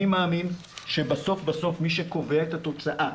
אני מאמין שבסוף בסוף מי שקובע את התוצאה,